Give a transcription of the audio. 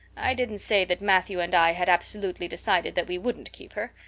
i didn't say that matthew and i had absolutely decided that we wouldn't keep her.